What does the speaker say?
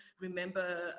remember